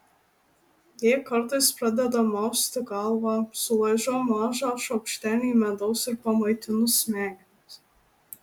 jei kartais pradeda mausti galvą sulaižau mažą šaukštelį medaus ir pamaitinu smegenis